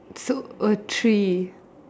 so a tree